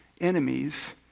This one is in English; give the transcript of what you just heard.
enemies